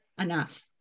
enough